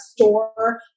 store